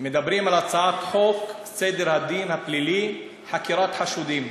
מדברים על הצעת חוק סדר הדין הפלילי (חקירת חשודים).